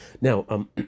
Now